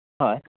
हय